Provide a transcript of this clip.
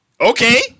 Okay